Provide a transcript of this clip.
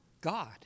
God